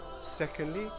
secondly